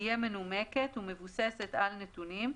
תהיה מנומקת ומבוססת על נתונים,